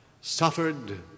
suffered